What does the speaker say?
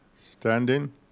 standing